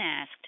asked